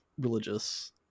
religious